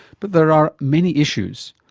but there are many issues,